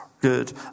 good